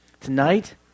Tonight